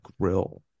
grill